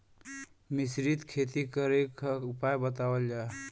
मिश्रित खेती करे क उपाय बतावल जा?